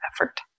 effort